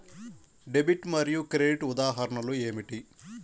Debit మరియు credit ఉదాహరణలు ఏమిటీ?